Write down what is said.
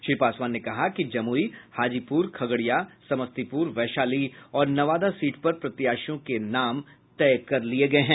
श्री पासवान ने कहा कि जमुई हाजीपुर खगड़िया समस्तीपुर वैशाली और नवादा सीट पर प्रत्याशियों के नाम तय कर लिये गये हैं